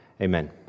Amen